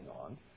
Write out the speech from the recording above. on